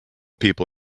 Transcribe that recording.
people